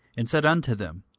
and said unto them,